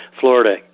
Florida